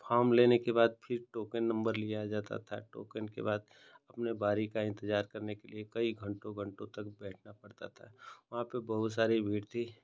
farm लेने के बाद फिर टोकन नम्बर लिया जाता था टोकन के बाद अपनी बारी का इन्तजार करने लिए कई घन्टों घन्टों तक बैठना पड़ता था वहाँ पर बहुत सारी भीड़ थी